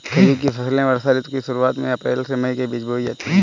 खरीफ की फसलें वर्षा ऋतु की शुरुआत में अप्रैल से मई के बीच बोई जाती हैं